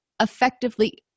effectively